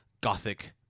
gothic